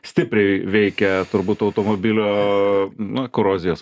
stipriai veikia turbūt automobilio nu korozijas